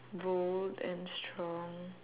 bold and strong